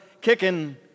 kicking